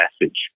message